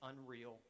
unreal